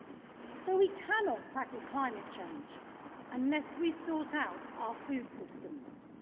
so we cannot tackle climate change unless we sort out our food systems.